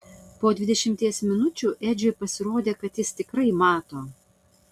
po dvidešimties minučių edžiui pasirodė kad jis tikrai mato